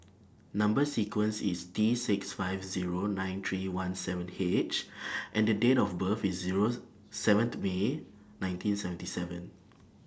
Number sequence IS T six five Zero nine three one seven H and Date of birth IS Zero seventh May nineteen seventy seven